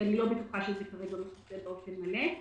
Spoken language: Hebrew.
כי אני לא בטוחה שכרגע זה מתפרסם באופן מלא.